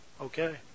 Okay